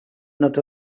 not